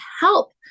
help